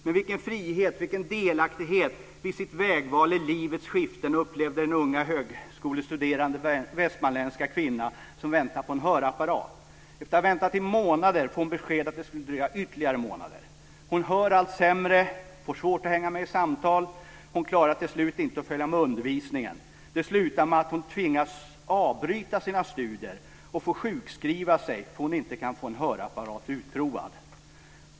Men vilken frihet, vilken delaktighet vid sitt vägval i livets skiften upplevde den unga högskolestuderande västmanländska kvinnan som väntade på att få en hörapparat? Efter att ha väntat i månader får hon beskedet att det ska dröja ytterligare månader. Hon hör allt sämre och får svårt att hänga med i samtal. Hon klarar till slut inte att följa med i undervisningen. Det slutar med att hon tvingas avbryta sina studier och får sjukskriva sig - för att hon inte kan få en hörapparat utprovad.